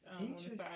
Interesting